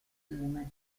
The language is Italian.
fiume